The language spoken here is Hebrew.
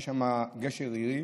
יש שם גשר עילי,